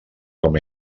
com